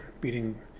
beating